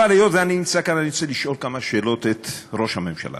אבל היות שאני נמצא כאן אני רוצה לשאול כמה שאלות את ראש הממשלה.